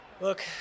Look